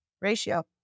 ratio